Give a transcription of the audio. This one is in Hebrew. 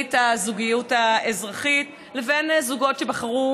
בברית הזוגיות האזרחית לבין זוגות שבחרו